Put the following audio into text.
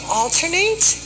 alternate